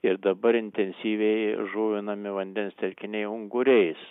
ir dabar intensyviai žuvinami vandens telkiniai unguriais